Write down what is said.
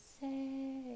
say